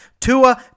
Tua